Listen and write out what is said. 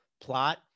plot